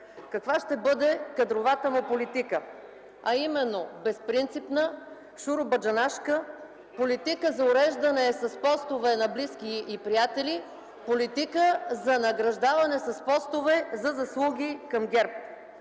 каква ще бъде кадровата му политика, а именно безпринципна, шуробаджанашка, политика за уреждане с постове на близки и приятели, политика за награждаване с постове за заслуги към ГЕРБ.